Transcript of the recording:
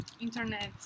internet